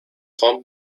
خوام